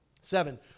Seven